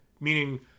Meaning